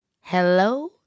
Hello